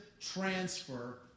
transfer